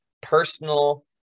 personal